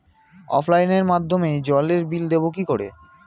অফলাইনে মাধ্যমেই জলের বিল দেবো কি করে?